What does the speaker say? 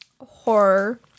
horror